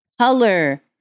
color